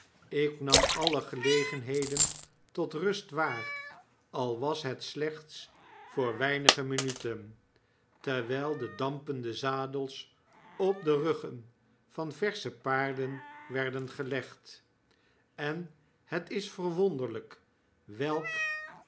ik nam alle gelegenheden tot rust waar al was het slechts voor weinige minuten terwijl de dampende zadels op de ruggen van versche paarden werden gelegd en het is verwonderlyk welkeene